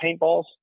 paintballs